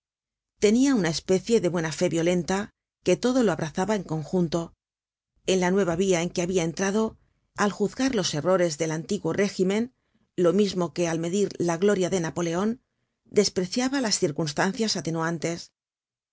tenia una especie de a buena fe violenta que todo lo abrazaba en conjunto en la nueva via en que habia entrado al juzgar los errores del antiguo régimen lo mismo que al medir la gloria de napoleon despreciaba las circunstancias atenuantes